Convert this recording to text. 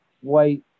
white